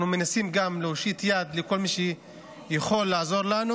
אנחנו מנסים גם להושיט יד לכל מי שיכול לעזור לנו,